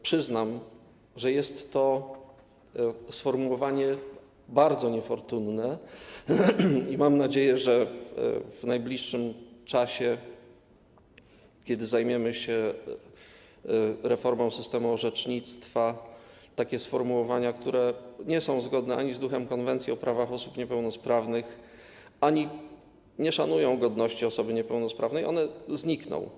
Przyznam, że jest to sformułowanie bardzo niefortunne, i mam nadzieję, że w najbliższym czasie, kiedy zajmiemy się reformą systemu orzecznictwa, takie sformułowania, które ani nie są zgodne z duchem Konwencji o prawach osób niepełnosprawnych, ani nie szanują godności osoby niepełnosprawnej, znikną.